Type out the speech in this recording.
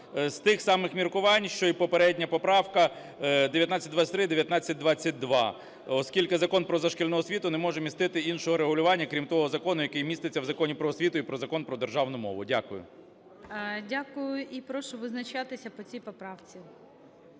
з тих самих міркувань, що і попередня поправка 1923, 1922, оскільки Закон "Про дошкільну освіту" не може містити іншого регулювання, крім того закону, який міститься в Законі "Про освіту" і в Законі про державну мову. Дякую. ГОЛОВУЮЧИЙ. Дякую. І прошу визначатися по цій поправці.